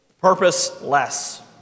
purposeless